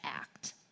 act